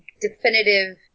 definitive